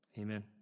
Amen